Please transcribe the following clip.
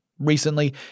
Recently